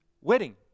wedding